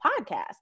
podcast